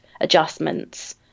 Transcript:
adjustments